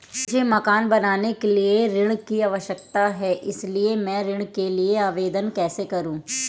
मुझे मकान बनाने के लिए ऋण की आवश्यकता है इसलिए मैं ऋण के लिए आवेदन कैसे करूं?